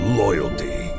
loyalty